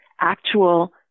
actual